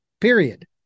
period